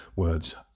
words